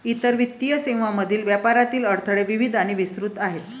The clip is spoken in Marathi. इतर वित्तीय सेवांमधील व्यापारातील अडथळे विविध आणि विस्तृत आहेत